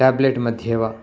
tablet मध्ये वा